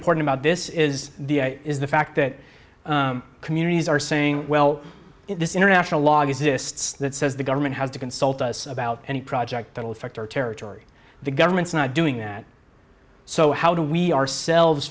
important about this is the is the fact that communities are saying well if this international law exists that says the government has to consult us about any project that will affect our territory the government's not doing that so how do we ourselves